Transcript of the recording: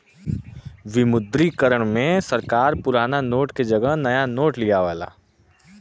विमुद्रीकरण में सरकार पुराना नोट के जगह नया नोट लियावला